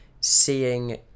seeing